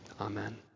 Amen